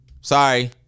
sorry